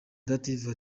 dative